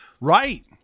right